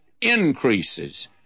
increases